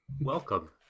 Welcome